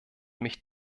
mich